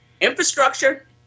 Infrastructure